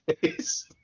face